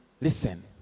Listen